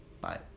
Bye